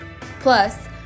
Plus